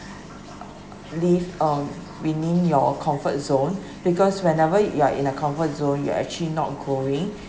live um within your comfort zone because whenever you are in a comfort zone you are actually not growing